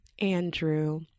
andrew